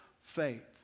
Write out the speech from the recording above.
faith